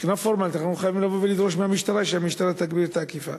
מבחינה פורמלית אנחנו חייבים לבוא ולדרוש מהמשטרה שתגביר את האכיפה.